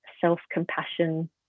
self-compassion